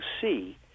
see